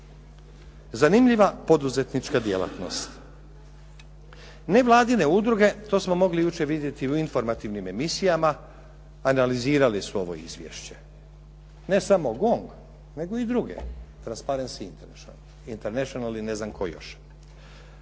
Zanimljiva poduzetnička djelatnost. Nevladine udruge, to smo mogli jučer vidjeti u informativnim emisijama, analizirali su ovo izvješće. Ne samo GONG, nego i druge Transparency International i ne znam koji još.